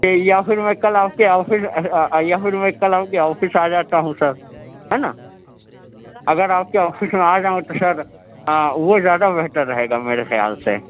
یا پھر میں کل آپ کے آفس یا پھر میں کل آپ کے آفس آجاتا ہوں سر ہے نا اگر آپ کے آفس میں آجاؤں تو شاید وہ زیادہ بہتر رہے گا میرے خیال سے